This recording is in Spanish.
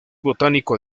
botánico